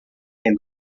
sem